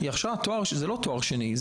היא הכשרה לתואר שזה לא תואר שני,